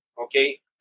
okay